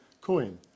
coin